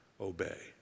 obey